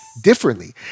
Differently